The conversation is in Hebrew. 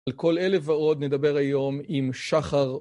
על כל אלה ועוד נדבר היום עם שחר.